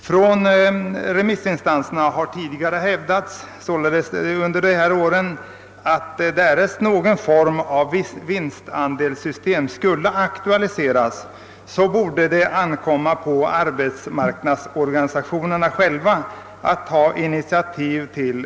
Nämnda remissinstanser har vid de tidigare tillfällen jag här nämnt hävdat, att om någon form av vinstandelssystem skulle aktualiseras, så bör det ankomma på arbetsmarknadsorganisationerna själva att ta initiativ härtill.